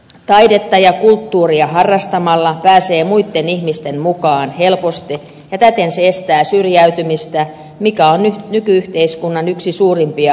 taidetta ja kulttuuria harrastamalla pääsee muitten ihmisten mukaan helposti ja täten ne estävät syrjäytymistä joka on nyky yhteiskunnan yksi suurimpia haasteita